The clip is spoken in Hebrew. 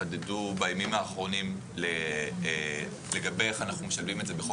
שהתחדדו בימים האחרונים לגבי איך אנחנו משלבים את זה בחוק